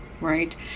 right